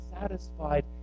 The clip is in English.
satisfied